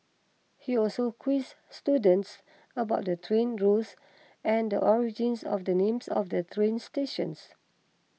he also quizzed students about the train routes and the origins of the names of the train stations